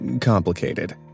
complicated